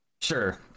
Sure